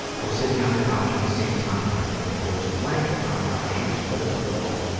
i was sitting on the couch at the same time, i think, but there was a blanket on her and she was fully clothed.